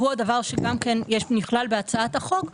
והוא נכלל גם בהצעת החוק,